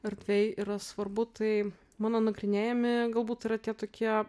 erdvėj yra svarbu tai mano nagrinėjami galbūt yra tie tokie